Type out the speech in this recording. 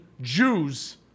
Jews